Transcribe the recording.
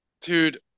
Dude